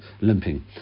limping